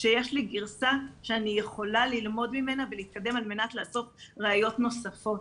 שיש לי גרסה שאני יכולה ללמוד ממנה ולהתקדם על מנת לאסוף ראיות נוספות.